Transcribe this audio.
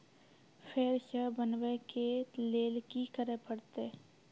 फेर सॅ बनबै के लेल की करे परतै?